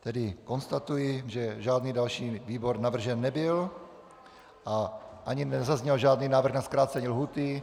Tedy konstatuji, že žádný další výbor navržen nebyl a ani nezazněl žádný návrh na zkrácení lhůty.